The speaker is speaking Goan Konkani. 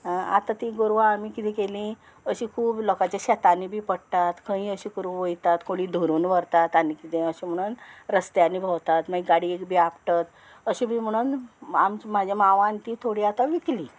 आं आतां ती गोरवां आमी किदें केलीं अशीं खूब लोकांच्या शेतांनी बी पडटात खंयी अशें करून वयतात कोणी धरून व्हरतात आनी किदें अशें म्हणोन रस्त्यांनी भोंवतात मागीर गाडयेक बी आपटत अशें बी म्हणोन आमच्या म्हाज्या मांवान ती थोडीं आतां विकलीं